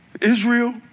Israel